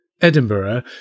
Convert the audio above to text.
Edinburgh